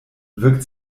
wirkt